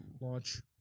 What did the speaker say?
launch